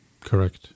Correct